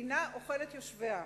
מדינה אוכלת יושביה.